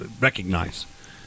recognize